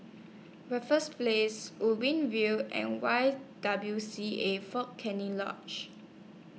Raffles Place Ubi View and Y W C A Fort Canning Lodge